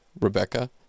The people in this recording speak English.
Rebecca